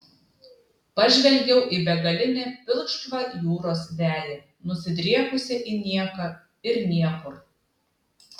pažvelgiau į begalinę pilkšvą jūros veją nusidriekusią į nieką ir niekur